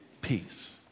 peace